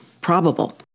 probable